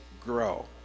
grow